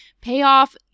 payoff